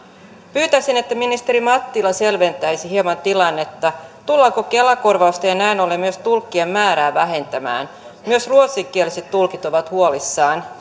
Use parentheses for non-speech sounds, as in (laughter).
pyytäisin että ministeri mattila selventäisi hieman tilannetta tullaanko kela korvausten ja näin ollen myös tulkkien määrää vähentämään myös ruotsinkieliset tulkit ovat huolissaan (unintelligible)